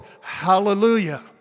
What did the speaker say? Hallelujah